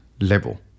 level